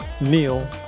Neil